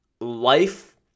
life